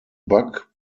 buck